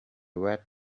red